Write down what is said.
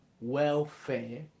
Welfare